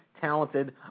talented